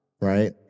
right